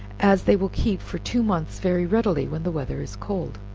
as they will keep for two months very readily when the weather is cold.